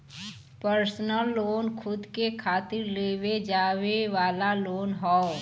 personal loan खुद के खातिर लेवे जाये वाला लोन हौ